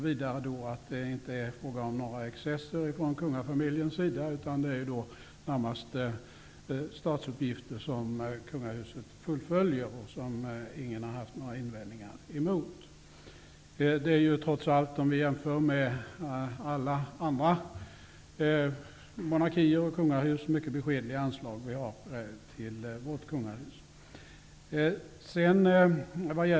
Vidare är det inte fråga om några excesser från kungafamiljens sida, utan det är närmast statsuppgifter som kungahuset fullföljer och som ingen har haft några invändningar emot. Om vi jämför med alla andra monarkier och kungahus är det trots allt mycket beskedliga anslag vi har till vårt kungahus.